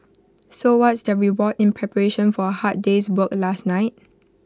so what's their reward in preparation for A hard day's work last night